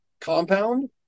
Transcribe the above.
compound